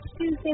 Tuesday